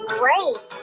great